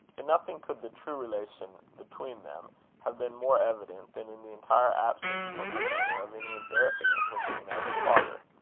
in nothing could the true relation between them have been more evident than in the entire absence from her manner of any embarrassment when she met her father.